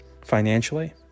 financially